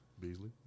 Beasley